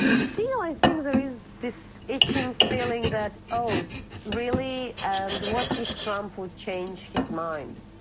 still, i think there is this itching feeling that, oh really, and what if trump would change his mind.